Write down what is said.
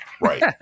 Right